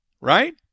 Right